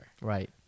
Right